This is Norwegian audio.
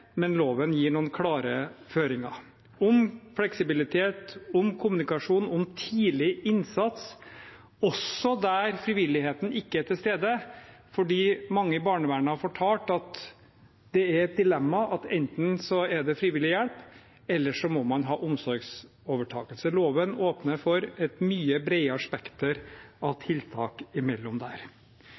men loven gir noen klare føringer om fleksibilitet, om kommunikasjon, om tidlig innsats, også der frivilligheten ikke er til stede. Mange i barnevernet har fortalt at det er et dilemma at det enten er frivillig hjelp, eller så må man ha omsorgsovertakelse. Loven åpner for et mye bredere spekter av tiltak imellom der.